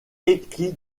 écrit